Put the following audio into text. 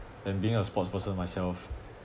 and being a sports person myself